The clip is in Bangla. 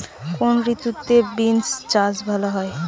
কোন ঋতুতে বিন্স চাষ ভালো হয়?